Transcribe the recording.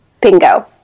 Bingo